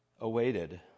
awaited